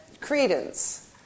credence